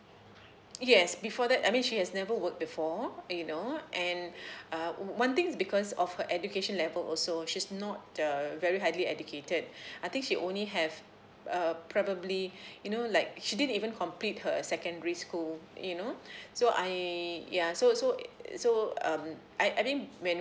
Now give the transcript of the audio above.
yes before that I mean she has never worked before you know and uh one thing is because of her education level also she's not uh very highly educated I think she only have uh probably you know like she didn't even complete her secondary school you know so I yeah so so so um I I think when